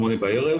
20:00,